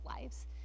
lives